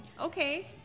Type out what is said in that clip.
Okay